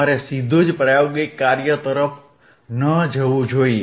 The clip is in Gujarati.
તમારે સીધુ જ પ્રાયોગિક કાર્ય તરફ ન થવું જોઇએ